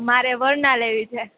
મારે વરના લેવી છે